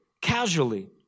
casually